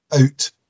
out